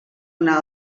una